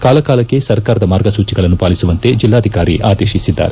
ಕಾಲಕಾಲಕ್ಕೆ ಸರ್ಕಾರದ ಮಾರ್ಗಸೂಚಿಗಳನ್ನು ಪಾಲಿಸುವಂತೆ ಜೆಲ್ಲಾಧಿಕಾರಿ ಆದೇಶಿಸಿದ್ದಾರೆ